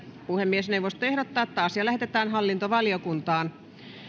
puhemiesneuvosto ehdottaa että asia lähetetään hallintovaliokuntaan